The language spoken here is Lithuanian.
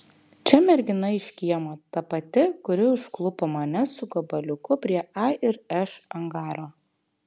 čia mergina iš kiemo ta pati kuri užklupo mane su gabaliuku prie a ir š angaro